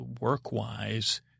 work-wise